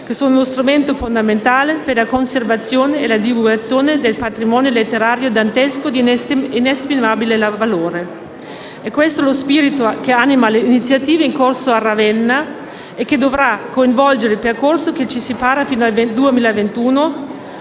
che sono uno strumento fondamentale per la conservazione e la divulgazione del patrimonio letterario dantesco di inestimabile valore. È questo lo spirito che anima le iniziative in corso a Ravenna e che dovrà coinvolgere il percorso che ci separa fino al 2021,